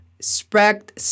Spread